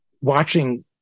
watching